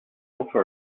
also